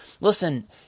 Listen